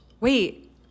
wait